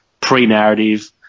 pre-narrative